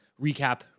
recap